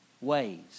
ways